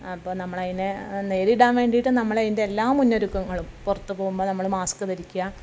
അപ്പോൾ നമ്മളതിനെ നേരിടാൻ വേണ്ടിയിട്ട് നമ്മളതിൻ്റെ എല്ലാ മുന്നൊരുക്കങ്ങളും പുറത്ത് പോകുമ്പോൾ നമ്മൾ മാസ്ക് ധരിക്കുക